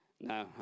no